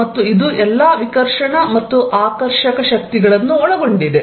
ಮತ್ತು ಇದು ಎಲ್ಲಾ ವಿಕರ್ಷಣ ಮತ್ತು ಆಕರ್ಷಕ ಶಕ್ತಿಗಳನ್ನು ಒಳಗೊಂಡಿದೆ